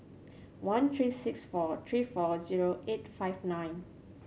one three six four three four zero eight five nine